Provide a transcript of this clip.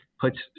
puts